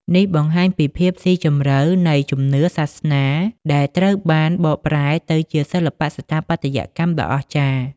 នេះបង្ហាញពីភាពស៊ីជម្រៅនៃជំនឿសាសនាដែលត្រូវបានបកប្រែទៅជាសិល្បៈស្ថាបត្យកម្មដ៏អស្ចារ្យ។